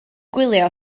gwylio